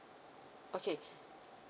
okay